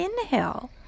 Inhale